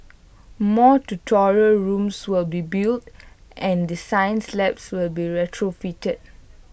more tutorial rooms will be built and the science labs will be retrofitted